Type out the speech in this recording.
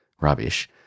rubbish